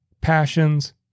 passions